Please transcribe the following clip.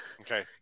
Okay